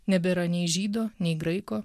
nebėra nei žydo nei graiko